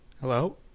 Hello